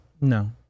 No